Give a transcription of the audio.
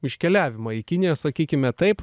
iškeliavimą į kiniją sakykime taip